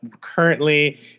currently